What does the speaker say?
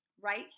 Right